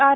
R